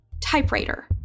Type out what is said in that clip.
typewriter